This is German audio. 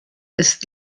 ist